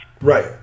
Right